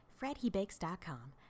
fredhebakes.com